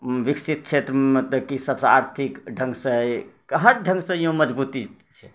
विकसित क्षेत्र मतलब की सभसँ आर्थिक ढङ्गसँ कहाँ ढङ्गसँ यो मजबूती छै